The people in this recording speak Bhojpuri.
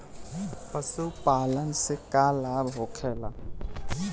पशुपालन से का लाभ होखेला?